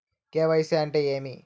KYC అంటే ఏమి?